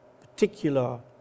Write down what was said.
particular